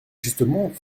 justement